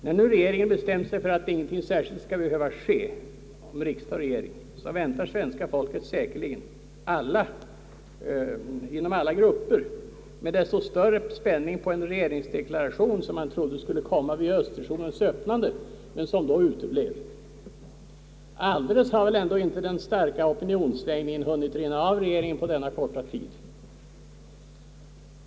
När nu regeringen bestämt sig för att ingenting särskilt skall behöva ske i fråga om riksdag eller regering, väntar svenska folket säkerligen — inom alla grupper — med desto större spänning på en regeringsdeklaration som man trodde skulle komma vid höstsessionens öppnande men som då uteblev. Alldeles har väl ändå inte den starka opinionssvängningen hunnit rinna av regeringen på denna korta tid?